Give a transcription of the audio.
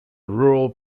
rural